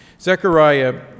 Zechariah